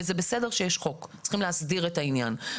וזה בסדר שיש חוק, צריך להסדיר את העניין.